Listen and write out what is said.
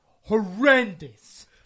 Horrendous